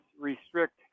restrict